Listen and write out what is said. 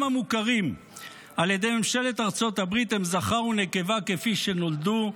המוכרים על ידי ממשלת ארצות הברית הם זכר או נקבה כפי שנולדו.